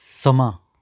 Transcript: ਸਮਾਂ